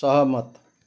सहमत